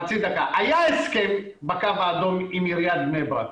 היה הסכם בקו האדום עם עיריית בני ברק,